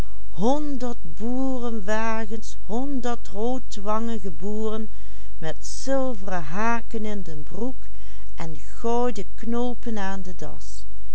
in de broek en gouden knoopen aan de das